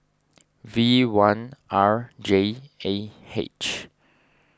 V one R J A H